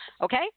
Okay